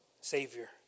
savior